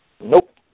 Nope